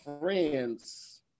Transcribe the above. friends